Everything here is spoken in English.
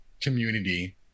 community